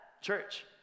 church